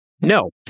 No